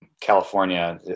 california